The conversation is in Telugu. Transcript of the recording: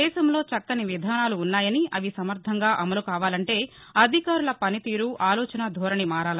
దేశంలో చక్కని విధానాలు ఉన్నాయని అవి సమర్దంగా అమలు కావాలంటే అధికారుల పనితీరు ఆలోచనాధోరణి మారాలన్నారు